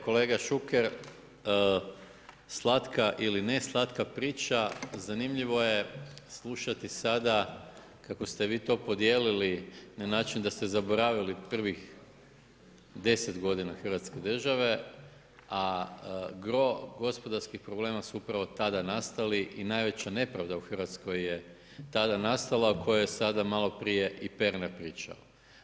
Kolega Šuker, slatka ili ne slatka priča zanimljivo je slušati sada kako ste vi to podijelili na način da ste zaboravili prvih 10 godina Hrvatske države, a gro gospodarskih problema su upravo tada nastali i najveća nepravda u Hrvatskoj je tada nastala o kojoj je sada malo prije i Pernar pričao.